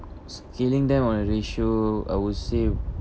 scaling them on a ratio I would say